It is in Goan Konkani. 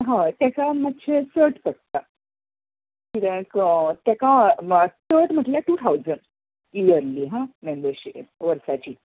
हय तेका मात्शे चड पडटा कित्याक चड म्हळ्यार टू ठावजन इयरली आं मेंबरशीप वर्साची